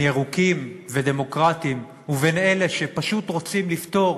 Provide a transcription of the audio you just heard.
ירוקים ודמוקרטים ובין אלה שפשוט רוצים לפתור